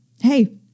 Hey